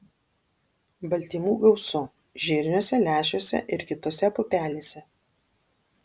baltymų gausu žirniuose lęšiuose ir kitose pupelėse